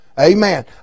Amen